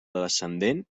descendent